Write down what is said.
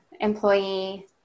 employee